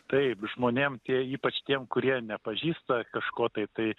taip žmonėm tie ypač tiem kurie nepažįsta kažko tai tai